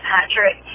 Patrick